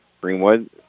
Greenwood